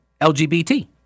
LGBT